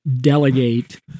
delegate